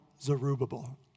Zerubbabel